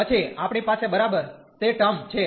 પછી આપણી પાસે બરાબર તે ટર્મ છે